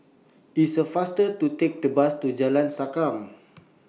IT IS faster to Take The Bus to Jalan Sankam